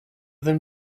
them